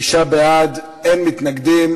שישה בעד, אין מתנגדים.